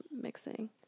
mixing